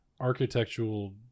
architectural